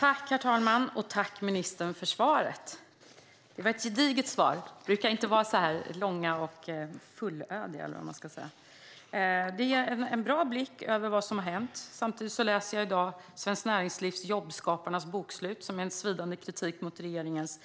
Herr talman! Tack, ministern, för svaret! Det var ett gediget svar. Svaren brukar inte vara så här långa och fullödiga. Det ger en bra överblick över vad som har hänt. Samtidigt läser jag i dag Svenskt Näringslivs Jobbskaparnas bokslut , som är en svidande kritik mot regeringens